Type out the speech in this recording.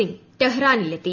Singh ടെഹ്റാനിലെത്തി